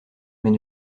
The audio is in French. mais